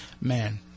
man